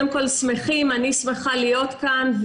אני שמחה להיות כאן,